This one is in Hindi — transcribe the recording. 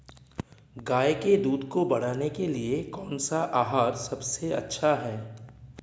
गाय के दूध को बढ़ाने के लिए कौनसा आहार सबसे अच्छा है?